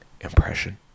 impression